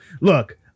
look